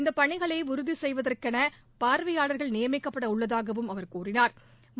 இந்த பணிகளை உறுதி செய்வதற்கென பார்வையாளா்கள் நியமிக்கப்பட உள்ளதாகவும் அவர் கூறினாள்